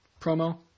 promo